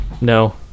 No